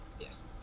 Yes